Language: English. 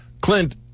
Clint